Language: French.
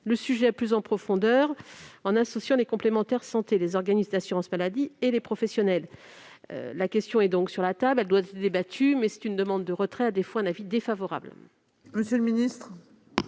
le sujet plus en profondeur, en associant les complémentaires santé, les organismes d'assurance maladie et les professionnels. La question est donc sur la table et elle doit être débattue. En attendant, je demande le retrait de cet amendement